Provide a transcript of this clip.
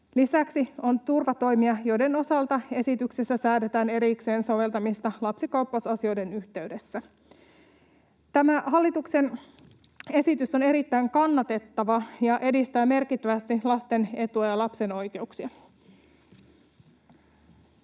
Lisäksi on turvatoimia, joiden osalta esityksessä säädetään erikseen soveltamisesta lapsikaappausasioiden yhteydessä. Tämä hallituksen esitys on erittäin kannatettava ja edistää merkittävästi lapsen etua ja lapsen oikeuksia.